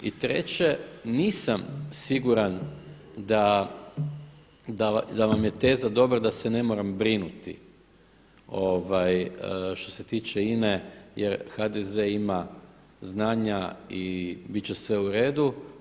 I treće, nisam siguran da vam je teza dobra da se ne moram brinuti što se tiče INA-e, jer HDZ-e ima znanja i bit će sve u redu.